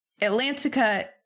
Atlantica